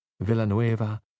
Villanueva